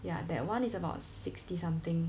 ya that [one] is about sixty something